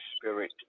Spirit